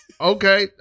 okay